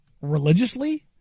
religiously